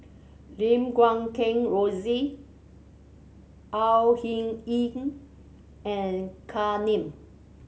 Lim Guat Kheng Rosie Au Hing Yee and Kam Ning